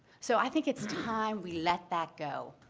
so i think it's time we let that go,